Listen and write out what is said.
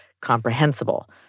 comprehensible